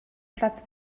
platz